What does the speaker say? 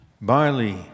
barley